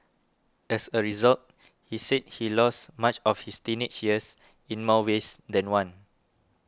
as a result he said he lost much of his teenage years in more ways than one